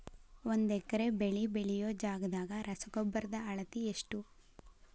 ಒಂದ್ ಎಕರೆ ಬೆಳೆ ಬೆಳಿಯೋ ಜಗದಾಗ ರಸಗೊಬ್ಬರದ ಅಳತಿ ಎಷ್ಟು?